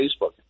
Facebook